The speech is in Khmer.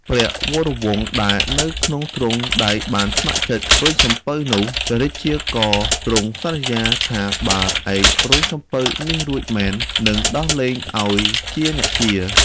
ព្រះវរវង្សដែលនៅក្នុងទ្រុងដែកបានស្ម័គ្រចិត្តរុញសំពៅនោះ ព្រះរាជាក៏ទ្រង់សន្យាថាបើឯងរុញសំពៅនេះរួចមែន នឹងដោះលែងឲ្យជាអ្នកជា.